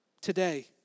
today